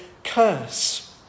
curse